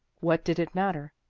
what did it matter?